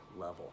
level